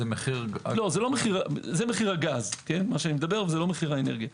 זה מחיר הגז, לא מחיר האנרגיה.